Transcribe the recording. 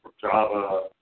Java